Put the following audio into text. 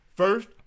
First